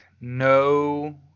No